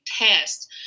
tests